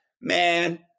Man